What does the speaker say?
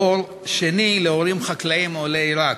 דור שני לחקלאים עולי עיראק.